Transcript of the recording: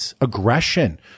aggression